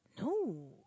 no